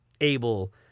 able